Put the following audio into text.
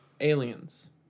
Aliens